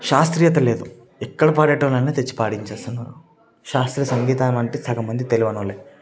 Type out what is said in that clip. శాస్త్రీయత లేదు ఎక్కడ పాడేటి వాళ్లు అన్నా తెచ్చి పాడించేస్తున్నారు శాస్త్రీయ సంగీతం అంటే సగం మందికి తెలవనోళ్లే